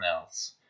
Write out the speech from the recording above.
else